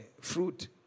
fruit